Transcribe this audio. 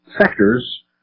sectors